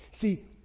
See